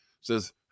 says